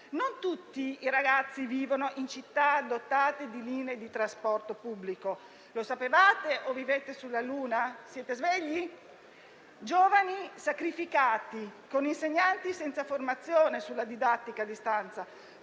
Non tutti i ragazzi vivono in città dotate di linee di trasporto pubblico. Lo sapevate o vivete sulla Luna? Siete svegli? Giovani sacrificati, insegnanti senza formazione sulla didattica a distanza